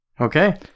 Okay